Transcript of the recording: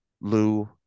Lou